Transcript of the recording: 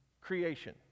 creation